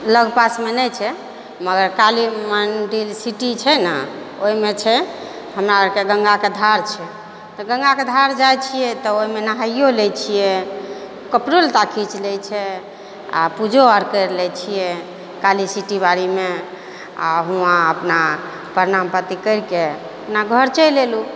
लग पासमे नहि छै मगर काली मण्डिल सिटी छै ने ओहिमे छै हमरा आओरके गङ्गाके धार छै तऽ गङ्गाके धार जाइ छिए तऽ ओहिमे नहाइओ लै छिए कपड़ो लत्ता खींच लै छिए आओर पूजो आओर करि लै छिए काली सिटी बारीमे आओर हुआँ अपना परनाम पाती करिके अपना घर चलि अएलू